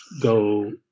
go